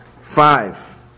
five